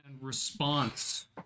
response